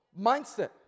mindset